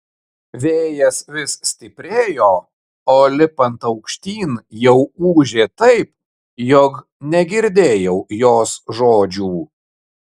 vėjas vis stiprėjo o lipant aukštyn jau ūžė taip jog negirdėjau jos žodžių